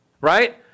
right